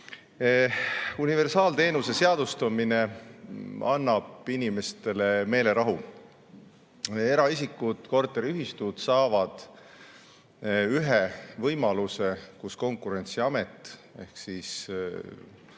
Universaalteenuse seadustamine annab inimestele meelerahu. Eraisikud, korteriühistud saavad ühe võimaluse, kus Konkurentsiamet ehk siis sõltumatu